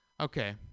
Okay